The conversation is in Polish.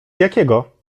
jakiego